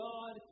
God